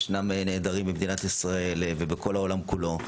ישנם נעדרים במדינת ישראל ובכל העולם כולו,